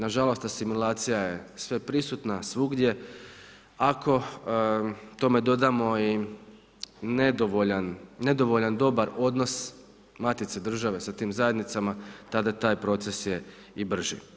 Nažalost, asimilacija je sveprisutna svugdje, ako tome dodamo i nedovoljan dobar odnos matice države sa tim zajednicama tada taj proces je i brži.